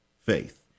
faith